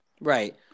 right